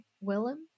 Willem